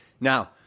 Now